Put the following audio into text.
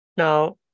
Now